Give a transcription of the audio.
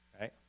right